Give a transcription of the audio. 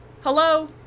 Hello